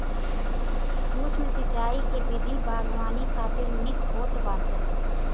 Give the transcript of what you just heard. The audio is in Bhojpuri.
सूक्ष्म सिंचाई के विधि बागवानी खातिर निक होत बाटे